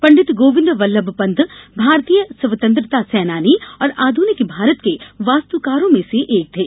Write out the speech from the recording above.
पंडित गोविन्द वल्लभ पंत भारतीय स्वतंत्रता सेनानी और आधुनिक भारत के वास्तुकारों में से एक थे